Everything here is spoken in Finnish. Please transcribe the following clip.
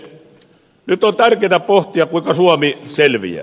nyt on tärkeätä pohtia kuinka suomi selviää